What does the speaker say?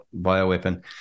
bioweapon